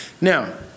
Now